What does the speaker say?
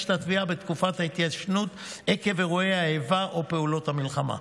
את התביעה בתקופת ההתיישנות עקב אירועי האיבה או פעולות המלחמה.